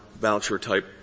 voucher-type